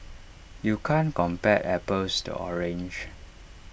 you can't compare apples to oranges